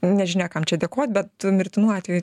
nežinia kam čia dėkot bet mirtinu atvejų